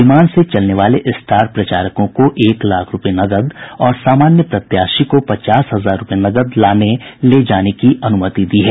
विमान से चलने वाले स्टार प्रचारकों को एक लाख रूपये नकद और सामान्य प्रत्याशी को पचास हजार रूपये नकद लाने ले जाने की अनुमति दी गई है